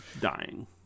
Dying